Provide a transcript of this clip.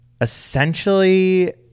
essentially